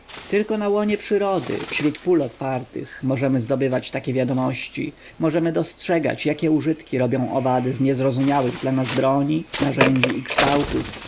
tylko na łonie przyrody wśród pól otwartych możemy zdobywać takie wiadomości możemy dostrzegać jakie użytki robią owady z niezrozumiałych dla nas broni narzędzi i kształtów